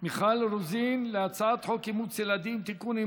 מיכל רוזין להציג את הצעת חוק אימוץ ילדים (תיקון,